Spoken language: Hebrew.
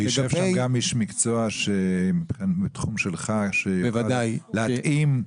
וישב שם גם איש מקצוע בתחום שלך שיוכל להתאים למצב --- בוודאי,